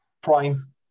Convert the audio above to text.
Prime